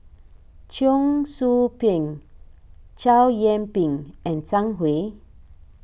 Cheong Soo Pieng Chow Yian Ping and Zhang Hui